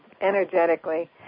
energetically